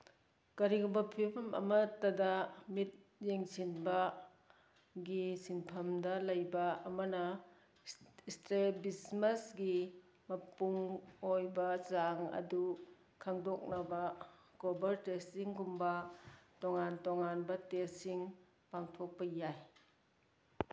ꯀꯔꯤꯒꯨꯝꯕ ꯐꯤꯕꯝ ꯑꯃꯇꯗ ꯃꯤꯠ ꯌꯦꯡꯁꯤꯟꯕꯒꯤ ꯁꯤꯟꯐꯝꯗ ꯂꯩꯕ ꯑꯃꯅ ꯏꯁꯇ꯭ꯔꯦꯕꯤꯁꯃꯁꯒꯤ ꯃꯄꯨꯡ ꯑꯣꯏꯕ ꯆꯥꯡ ꯑꯗꯨ ꯈꯪꯗꯣꯛꯅꯕ ꯀꯣꯚꯔ ꯇꯦꯁꯇꯤꯡꯒꯨꯝꯕ ꯇꯣꯉꯥꯟ ꯇꯣꯉꯥꯟꯕ ꯇꯦꯁꯁꯤꯡ ꯄꯥꯡꯊꯣꯛꯄ ꯌꯥꯏ